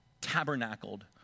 tabernacled